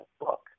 book